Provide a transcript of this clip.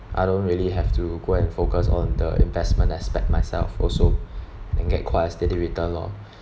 I don't really have to go and focus on the investment aspect myself also and get quite a steady return lor